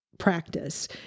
practice